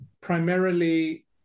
primarily